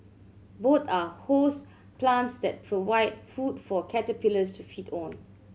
both are host plants that provide food for caterpillars to feed on